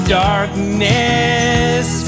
darkness